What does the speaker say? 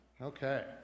Okay